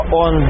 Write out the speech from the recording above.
on